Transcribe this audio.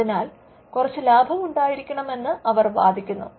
അതിനാൽ കുറച്ച് ലാഭമുണ്ടായിരിക്കണം എന്ന് അവർ വാദിക്കുന്നു